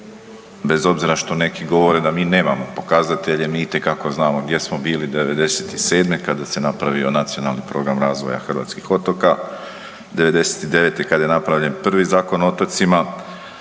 bez obzira što neki govore da mi nemamo pokazatelje, mi itekako znamo gdje smo bili '97. kada se napravio Nacionalni program razvoja hrvatskih otoka, '99. kad je napravljen prvi Zakon o otocima